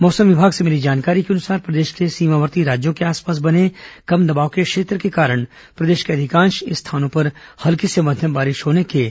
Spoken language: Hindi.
मौसम विमाग से मिली जानकारी के अनुसार प्रदेश के सीमावर्ती राज्यों के आसपास बने कम दबाव के क्षेत्र के कारण प्रदेश के अधिकांश स्थानों में हल्की से मध्यम बारिश होने के आसार हैं